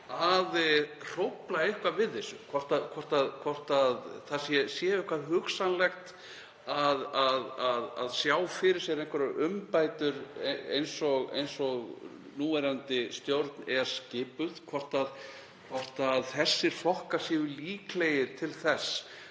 að hrófla eitthvað við þessu. Hvort það sé hugsanlegt að sjá fyrir sér einhverjar umbætur eins og núverandi stjórn er skipuð. Hvort þessir flokkar séu líklegir til þess